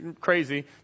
crazy